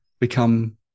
become